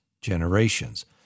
generations